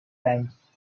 times